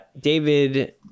david